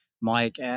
mike